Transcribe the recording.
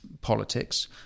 politics